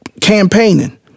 campaigning